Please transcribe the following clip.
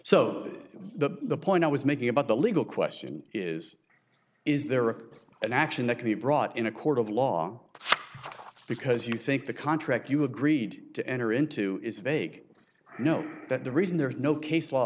so the point i was making about the legal question is is there an action that can be brought in a court of law because you think the contract you agreed to enter into is vague no but the reason there is no case law